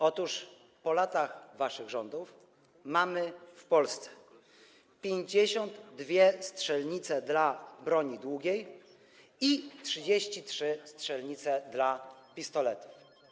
Otóż po latach waszych rządów mamy w Polsce 52 strzelnice dla broni długiej i 33 strzelnice dla pistoletów.